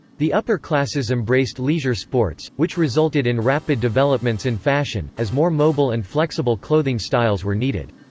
the upper classes embraced leisure sports, which resulted in rapid developments in fashion, as more mobile and flexible clothing styles were needed.